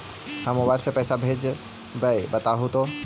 हम मोबाईल से पईसा भेजबई बताहु तो?